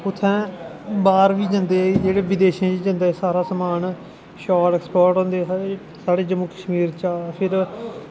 उत्थैं बाह्र बी जन्दे जेह्ड़े विदेशें च जन्दे सारा समान शाल एक्सपोर्ट होंदे साढ़ै जम्मू कश्मीर चा फिर